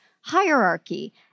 hierarchy